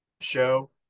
show